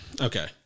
okay